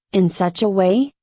in such a way,